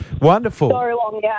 wonderful